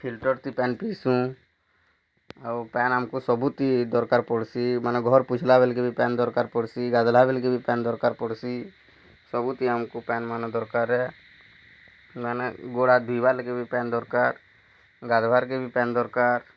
filter ଥି ପାନ୍ ପିଇସୁଁ ଆଉ ପାନ୍ ଆମ୍କୁ ସବୁ ଥିର ଦରକାର୍ ପଡ଼୍ସି ମାନେ ଘର୍ ପୋଛିଲା ବେଲ୍ କେ ବି ପାନ୍ ଦରକାର୍ ପଡ଼୍ସି ଗାଧେଇଲା ବେଲ୍ କେ ବି ପାନ୍ ଦରକାର୍ ପଡ଼୍ସି ସବୁଥି ଆମକୁ ପାନ୍ ମାନେ ଦରକାର୍ ମାନେ ଗୋଡ଼୍ ହାତ୍ ଧୁଇବାର୍ କେ ବି ପାନ୍ ଦରକାର୍ ଗାଧବାର୍ କେ ବି ପାନ୍ ଦରକାର୍